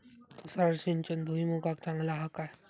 तुषार सिंचन भुईमुगाक चांगला हा काय?